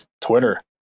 Twitter